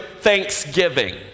thanksgiving